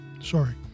sorry